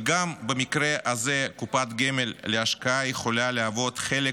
וגם במקרה הזה, קופת גמל להשקעה יכולה להיות חלק